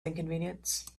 inconvenience